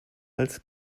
als